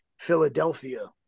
Philadelphia